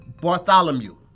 Bartholomew